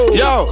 yo